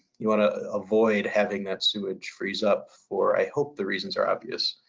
you want to avoid having that sewage freeze up for, i hope, the reasons are obvious.